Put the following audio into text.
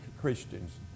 Christians